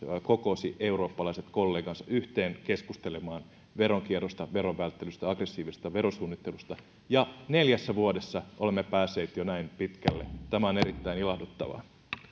kokosi eurooppalaiset kollegansa yhteen keskustelemaan veronkierrosta veronvälttelystä ja aggressiivisesta verosuunnittelusta ja neljässä vuodessa olemme päässeet jo näin pitkälle tämä on erittäin ilahduttavaa